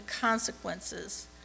consequences